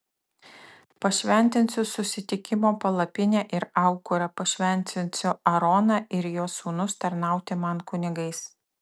pašventinsiu susitikimo palapinę ir aukurą pašventinsiu aaroną ir jo sūnus tarnauti man kunigais